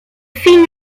fin